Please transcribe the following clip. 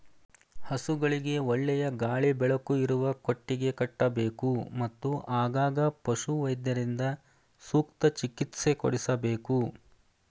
ಹಸುಗಳಿಗೆ ಒಳ್ಳೆಯ ಗಾಳಿ ಬೆಳಕು ಇರುವ ಕೊಟ್ಟಿಗೆ ಕಟ್ಟಬೇಕು, ಮತ್ತು ಆಗಾಗ ಪಶುವೈದ್ಯರಿಂದ ಸೂಕ್ತ ಚಿಕಿತ್ಸೆ ಕೊಡಿಸಬೇಕು